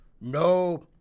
no